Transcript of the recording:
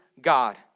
God